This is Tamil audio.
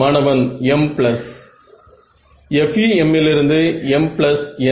மாணவன் m பிளஸ் FEM லிருந்து mn